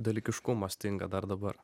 dalykiškumo stinga dar dabar